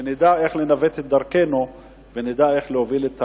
שנדע איך לנווט את דרכנו ונדע איך להוביל גם